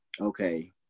Okay